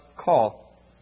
call